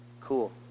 Cool